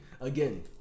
again